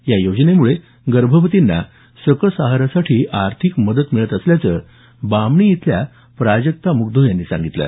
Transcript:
या योजनेम्ळे गर्भवतींना सकस आहारासाठी आर्थिक मदत मिळत असल्याचं बामणी इथल्या प्राजक्ता मुगधो यांनी सांगितलं